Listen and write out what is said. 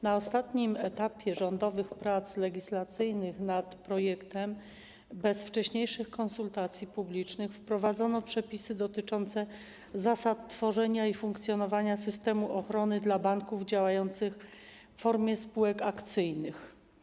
Na ostatnim etapie rządowych prac legislacyjnych nad projektem bez wcześniejszych konsultacji publicznych wprowadzono przepisy dotyczące zasad tworzenia i funkcjonowania systemu ochrony dla banków działających w formie spółek akcyjnych.